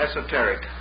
esoteric